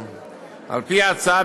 על פי ההצעה,